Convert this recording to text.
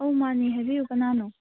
ꯑꯧ ꯃꯥꯅꯤ ꯍꯥꯏꯕꯤꯎ ꯀꯅꯥꯅꯣ